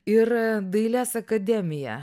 ir dailės akademija